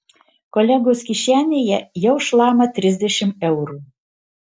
kolegos kišenėje jau šlama trisdešimt eurų